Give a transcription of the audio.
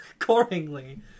accordingly